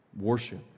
worship